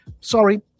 Sorry